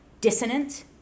dissonant